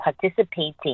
participating